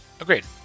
Agreed